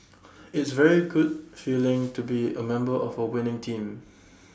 it's very good feeling to be A member of A winning team